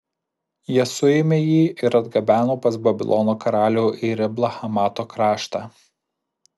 jie suėmė jį ir atgabeno pas babilono karalių į riblą hamato kraštą